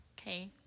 okay